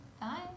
Bye